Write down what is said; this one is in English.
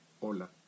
Hola